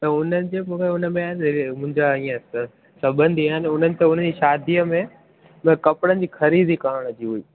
त उन्हनि जे मूंखे उनमें मुंहिंजा ईअं त सभिनि ॾींहंनि उन्हनि त उनजी शादीअ में म कपड़नि जी ख़रीदी करण जी हुई